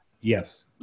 Yes